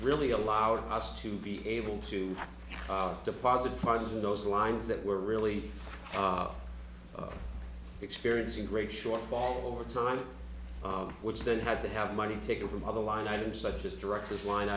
really allowed us to be able to deposit funds in those lines that were really experiencing great shortfall over time which then had to have money taken from other line items such as directors line